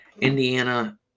Indiana